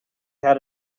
had